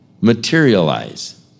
materialize